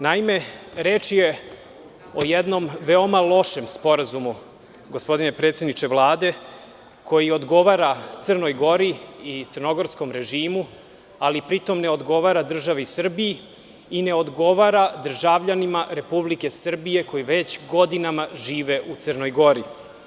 Naime, reč je o jednom veoma lošem sporazumu, gospodine predsedniče Vlade, koji odgovara Crnoj Gori i crnogorskom režimu, ali pritom ne odgovara državi Srbiji i ne odgovara državljanima Republike Srbije koji već godinama žive u Crnoj Gori.